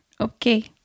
Okay